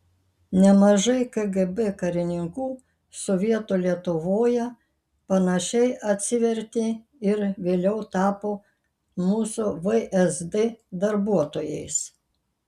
nemažai kgb karininkų sovietų lietuvoje panašiai atsivertė ir vėliau tapo mūsų vsd darbuotojais